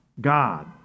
God